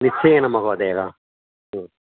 निश्चयेन महोदय हा